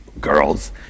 girls